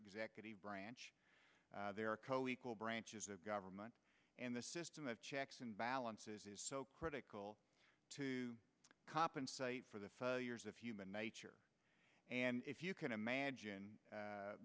executive branch they're a co equal branches of government and the system of checks and balances is so critical to compensate for the failures of human nature and if you can imagine